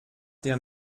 der